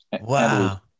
Wow